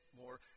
more